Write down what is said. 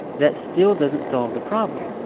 that still doesn't solve the problem.